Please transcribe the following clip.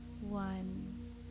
one